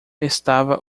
estava